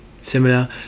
Similar